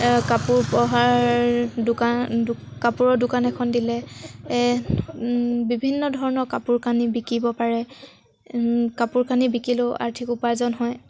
কাপোৰ উপহাৰ দোকান কাপোৰৰ দোকান এখন দিলে বিভিন্ন ধৰণৰ কাপোৰ কানি বিকিব পাৰে কাপোৰ কানি বিকিলেও আৰ্থিক উপাৰ্জন হয়